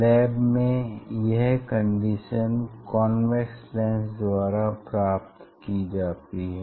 lab में यह condition convex lens द्वारा प्राप्त की जाती हैं